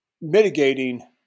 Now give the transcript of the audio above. mitigating